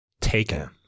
taken